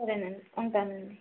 సరే అండి ఉంటాను అండి